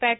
पॅट